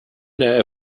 der